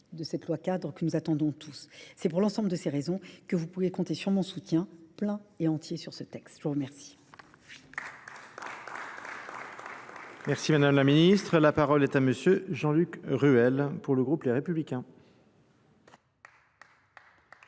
de cette loi cadre que nous attendons tous. C'est pour l'ensemble de ces raisons que vous pouvez compter sur mon soutien plein et entier sur ce texte. Je vous remercie. Madame la Ministre. La parole est à Monsieur Jean-Luc Ruel pour le groupe Les Républicains.